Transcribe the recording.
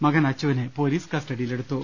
മകൻ അച്ചുവിനെ പോലീസ് കസ്റ്റഡിയിലെടുത്തു